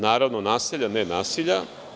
Naravno naselja, ne nasilja.